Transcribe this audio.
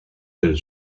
del